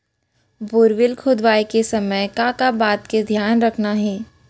Borewell खोदवाए के समय का का बात के धियान रखना हे?